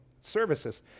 services